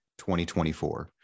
2024